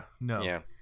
No